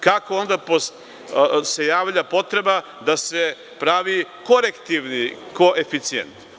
Kako se onda javlja potreba da se pravi korektivni koeficijent?